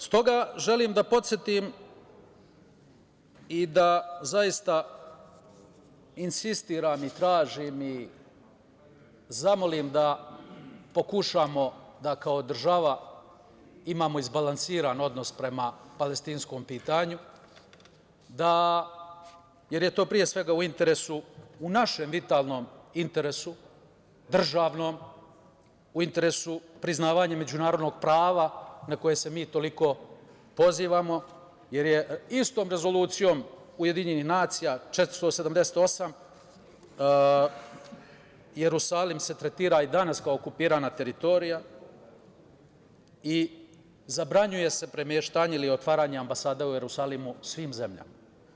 Stoga, želim da podsetim i da zaista insistiram i tražim i zamolim da pokušamo da kao država imamo izbalansiran odnos prema palestinskom pitanju, jer je to, pre svega, u interesu, u našem vitalnom interesu, državnom, u interesu priznavanja međunarodnog prava, na koje se mi toliko pozivamo, jer istom Rezolucijom UN 478, Jerusalim se tretira i danas kao okupirana teritorija i zabranjuje se premeštanje ili otvaranje ambasade u Jerusalimu svim zemljama.